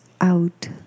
out